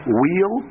wheel